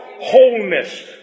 wholeness